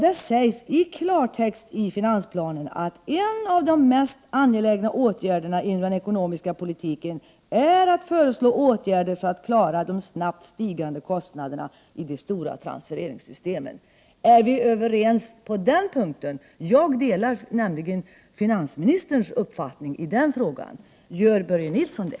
Det sägs i klartext i finansplanen att en av de mest angelägna frågorna när det gäller den ekonomiska politiken är att föreslå åtgärder för att klara de snabbt stigande kostnaderna i de stora transfereringssystemen. Är vi överens på den punkten? Jag delar nämligen finansministerns uppfattning i den frågan. Gör Börje Nilsson det?